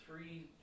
three